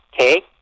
Okay